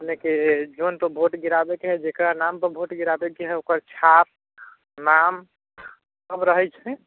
अपनेके जौनपर वोट गिराबैके हइ जकरा नामपर वोट गिराबैके हइ ओकर छाप नामसब रहै छै